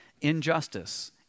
injustice